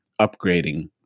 upgrading